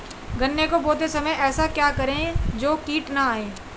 गन्ने को बोते समय ऐसा क्या करें जो कीट न आयें?